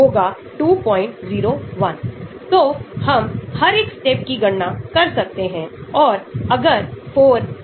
एक बात जो आपको याद रखने की जरूरत है कि QSAR समीकरण केवल उसी यौगिकों पर लागू होते हैं जो संरचनात्मक वर्ग के हैं इसे भूलना मत